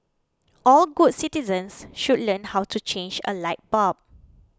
all good citizens should learn how to change a light bulb